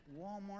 walmart